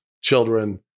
children